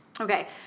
Okay